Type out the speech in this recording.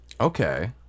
Okay